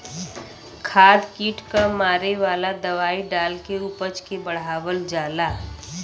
खाद कीट क मारे वाला दवाई डाल के उपज के बढ़ावल जाला